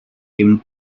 him